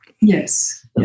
Yes